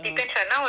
orh